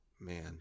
man